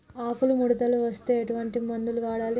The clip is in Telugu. ఆకులు ముడతలు వస్తే ఎటువంటి మందులు వాడాలి?